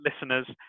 listeners